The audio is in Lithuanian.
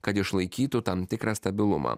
kad išlaikytų tam tikrą stabilumą